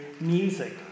music